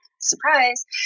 surprise